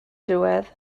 diwedd